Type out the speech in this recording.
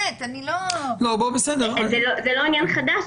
זה לא עניין חדש,